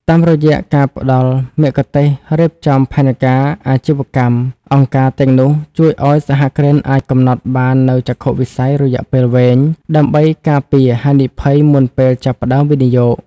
តាមរយៈការផ្ដល់មគ្គុទ្ទេសក៍រៀបចំផែនការអាជីវកម្ម អង្គការទាំងនោះជួយឱ្យសហគ្រិនអាចកំណត់បាននូវចក្ខុវិស័យរយៈពេលវែង ដើម្បីការពារហានិភ័យមុនពេលចាប់ផ្ដើមវិនិយោគ។